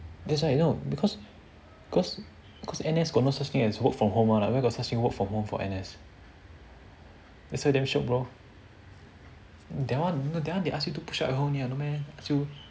that's why you know because cause because N_S got no such thing as work from home one where got such thing work from home for N_S that's why damn shiok bro that one that one they ask you do push up at home nia no meh ask you